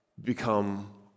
become